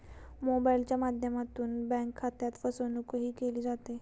मोबाइलच्या माध्यमातून बँक खात्यात फसवणूकही केली जाते